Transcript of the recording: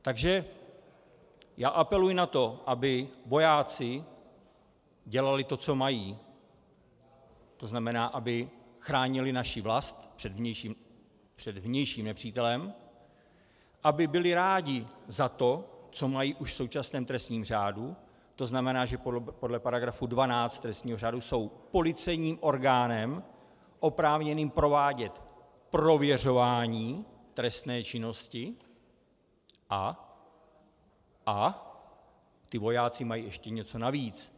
Takže apeluji na to, aby vojáci dělali to, co mají, to znamená, aby chránili naši vlast před vnějším před vnějším nepřítelem, aby byli rádi za to, co mají už v současném trestním řádu, to znamená, že podle § 12 trestního řádu jsou policejním orgánem oprávněným provádět prověřování trestné činnosti, a ti vojáci mají ještě něco navíc.